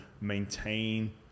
maintain